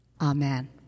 Amen